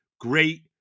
great